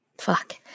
Fuck